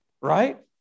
right